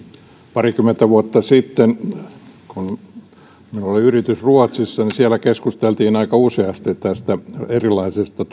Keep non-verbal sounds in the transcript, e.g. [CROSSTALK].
parikymmentä vuotta sitten kun minulla oli yritys ruotsissa niin siellä keskusteltiin aika useasti tästä erilaisesta [UNINTELLIGIBLE]